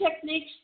techniques